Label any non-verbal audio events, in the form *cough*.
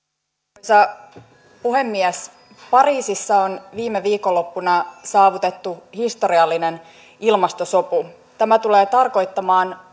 arvoisa puhemies pariisissa on viime viikonloppuna saavutettu historiallinen ilmastosopu tämä tulee tarkoittamaan *unintelligible*